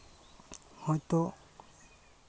ᱦᱚᱭᱛᱚ